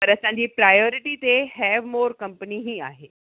पर असांजी प्रायोरिटी ते हैवमोर कंपनी ई आहे